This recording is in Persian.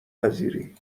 پذیری